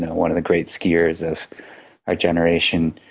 one of the great skiers of our generation,